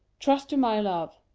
trust to my love.